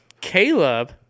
Caleb